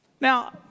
Now